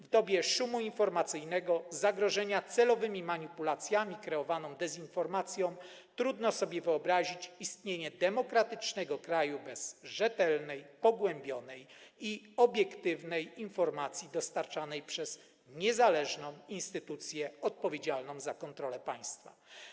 W dobie szumu informacyjnego i zagrożenia celowymi manipulacjami i kreowaną dezinformacją trudno sobie wyobrazić istnienie demokratycznego kraju bez rzetelnej, pogłębionej i obiektywnej informacji dostarczanej przez niezależną instytucję odpowiedzialną za kontrolę państwa.